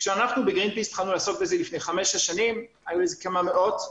כשאנחנו בגרינפיס התחלנו לעסוק בזה לפני כשש שנים היו כמה מאות,